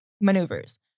maneuvers